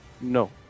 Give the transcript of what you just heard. No